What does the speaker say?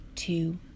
Two